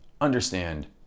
understand